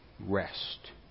rest